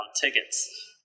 tickets